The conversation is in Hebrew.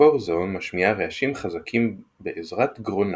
ציפור זו משמיעה רעשים חזקים בעזרת גרונה.